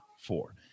four